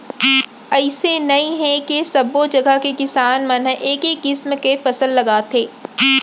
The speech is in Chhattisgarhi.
अइसे नइ हे के सब्बो जघा के किसान मन ह एके किसम के फसल लगाथे